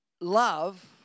Love